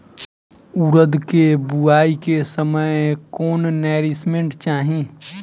उरद के बुआई के समय कौन नौरिश्मेंट चाही?